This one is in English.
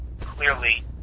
clearly